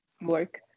work